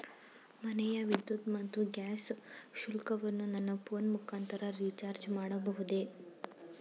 ಮನೆಯ ವಿದ್ಯುತ್ ಮತ್ತು ಗ್ಯಾಸ್ ಶುಲ್ಕವನ್ನು ನನ್ನ ಫೋನ್ ಮುಖಾಂತರ ರಿಚಾರ್ಜ್ ಮಾಡಬಹುದೇ?